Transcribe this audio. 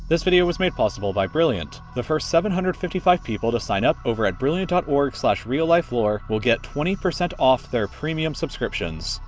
this video was made possible by brilliant. the first seven hundred and fifty five people to sign up over at brilliant ah org reallifelore, will get twenty percent off their premium subscriptions.